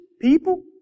people